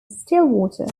stillwater